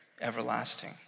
everlasting